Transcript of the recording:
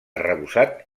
arrebossat